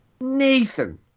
nathan